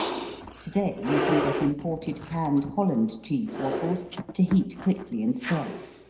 today you can get imported canned holland cheese waffles to heat quickly and serve.